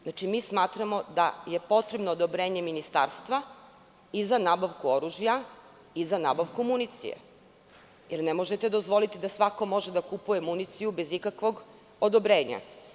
Znati, mi smatramo da je potrebno odobrenje ministarstva i za nabavku oružja i za nabavku municije, jer ne možete dozvoliti da svako može da kupuje municiju bez ikakvog odobrenja.